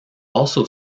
also